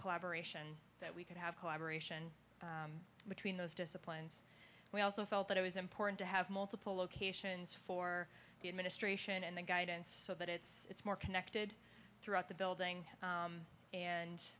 collaboration that we could have collaboration between those disciplines we also felt that it was important to have multiple locations for the administration and the guidance so that it's more connected throughout the building